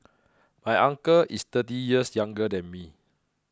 my uncle is thirty years younger than me